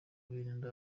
kwirinda